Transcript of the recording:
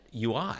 UI